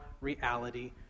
reality